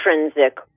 intrinsic